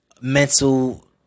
mental